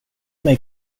mig